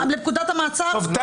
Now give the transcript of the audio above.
אני